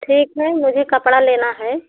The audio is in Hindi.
ठीक है मुझे कपड़ा लेना है